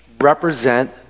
represent